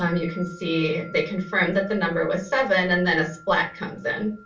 um you can see they confirm that the number was seven and then a splat comes in.